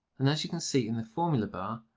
and as you can see in the formula bar,